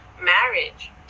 marriage